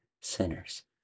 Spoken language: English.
sinners